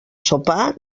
sopar